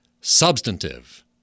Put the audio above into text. substantive